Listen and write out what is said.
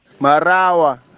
Marawa